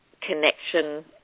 connection